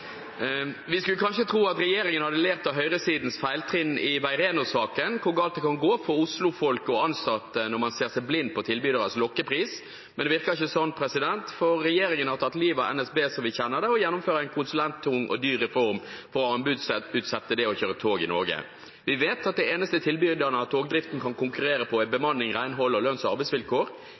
Vi skulle kanskje tro at regjeringen hadde lært av høyresidens feiltrinn i Veireno-saken hvor galt det kan gå for Oslo-folk og ansatte når man ser seg blind på tilbyderes lokkepris, men det virker ikke sånn, for regjeringen har tatt livet av NSB som vi kjenner det, og gjennomfører en konsulenttung og dyr reform for å anbudsutsette det å kjøre tog i Norge. Vi vet at det eneste tilbyderne av togdriften kan konkurrere på, er bemanning, renhold og lønns- og arbeidsvilkår.